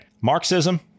Marxism